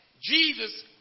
Jesus